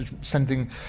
sending